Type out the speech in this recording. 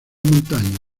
montaña